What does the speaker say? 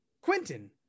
Quentin